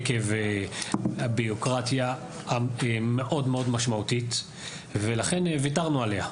עקב הבירוקרטיה המאוד מאוד משמעותית ולכן וויתרנו עליה.